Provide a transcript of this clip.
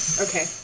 Okay